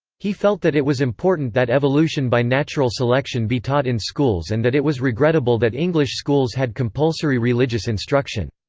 he felt that it was important that evolution by natural selection be taught in schools and that it was regrettable that english schools had compulsory religious instruction.